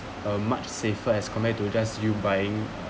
a much safer as compared to just you buying